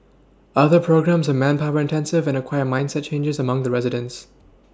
other programmes are manpower intensive and require mindset changes among the residents